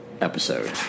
episode